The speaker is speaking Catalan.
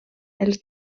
els